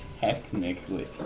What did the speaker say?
technically